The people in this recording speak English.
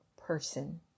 person